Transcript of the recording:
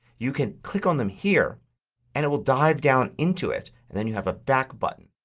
you can click on them here and it will dive down into it and then you have a back button.